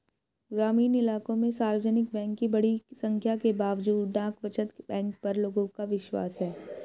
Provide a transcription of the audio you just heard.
ग्रामीण इलाकों में सार्वजनिक बैंक की बड़ी संख्या के बावजूद डाक बचत बैंक पर लोगों का विश्वास है